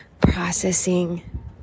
processing